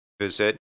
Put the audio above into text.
visit